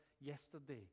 yesterday